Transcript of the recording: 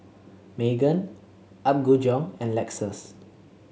Megan Apgujeong and Lexus